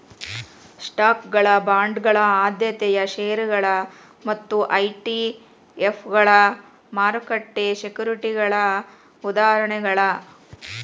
ಸ್ಟಾಕ್ಗಳ ಬಾಂಡ್ಗಳ ಆದ್ಯತೆಯ ಷೇರುಗಳ ಮತ್ತ ಇ.ಟಿ.ಎಫ್ಗಳ ಮಾರುಕಟ್ಟೆ ಸೆಕ್ಯುರಿಟಿಗಳ ಉದಾಹರಣೆಗಳ